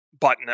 button